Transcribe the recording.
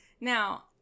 Now